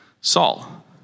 Saul